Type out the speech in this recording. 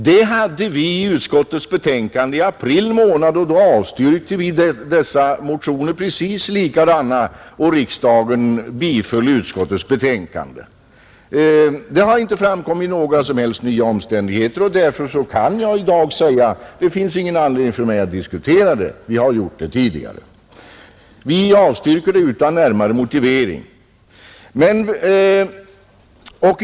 Vi hade precis likadana motioner uppe i utskottet i april månad och då avstyrkte vi dem, och riksdagen biföll utskottets hemställan. Det har inte framkommit några som helst nya omständigheter, och därför finns det i dag ingen anledning för mig att diskutera saken. Vi har ju gjort det tidigare. Vi avstyrker förslagen utan närmare motivering.